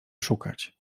szukać